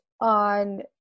on